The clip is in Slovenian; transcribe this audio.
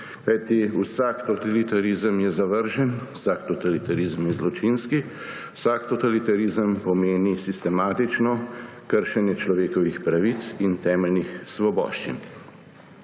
vsak totalitarizem je zavržen, vsak totalitarizem je zločinski, vsak totalitarizem pomeni sistematično kršenje človekovih pravic in temeljnih svoboščin.